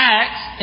acts